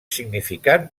significant